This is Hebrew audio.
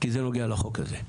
כי זה נוגע לחוק הזה.